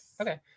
Okay